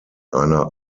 einer